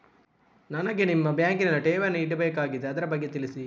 ನನಗೆ ನಿಮ್ಮ ಬ್ಯಾಂಕಿನಲ್ಲಿ ಠೇವಣಿ ಇಡಬೇಕಾಗಿದೆ, ಅದರ ಬಗ್ಗೆ ತಿಳಿಸಿ